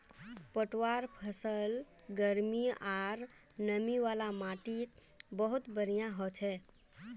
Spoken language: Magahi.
पटवार फसल गर्मी आर नमी वाला माटीत बहुत बढ़िया हछेक